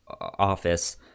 office